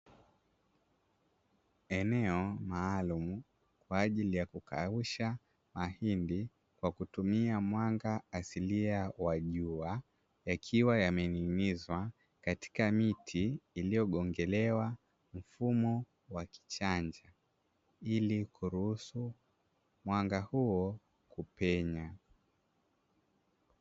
Eneo maalumu kwa ajili ya kukausha mahindi, kwa kutumia mwanga asilia wa jua, yakiwa yamening’inizwa katika miti iliyogongelewa, mfumo wa kichanja, ili kuruhusu mwanga huo kupenya.